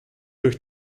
durch